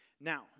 Now